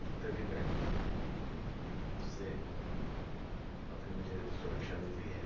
जूते भी पहनता हूँ जिससे काफ़ी मुझे सुरक्षा मिलती है